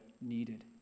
needed